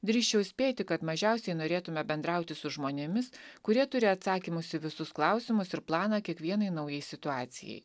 drįsčiau spėti kad mažiausiai norėtume bendrauti su žmonėmis kurie turi atsakymus į visus klausimus ir planą kiekvienai naujai situacijai